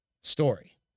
story